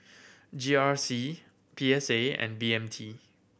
G R C P S A and B M T